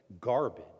garbage